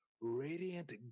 Radiant